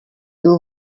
two